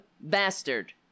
bastard